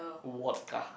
water